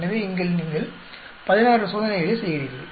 எனவே இங்கே நீங்கள் 16 சோதனைகளை செய்கிறீர்கள்